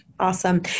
Awesome